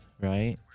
right